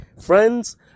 Friends